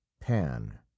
Pan